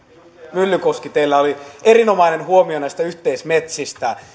myllykoski teillä oli erinomainen huomio yhteismetsistä